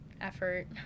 effort